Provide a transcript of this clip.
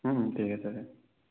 ঠিক আছে ছাৰ